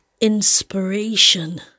inspiration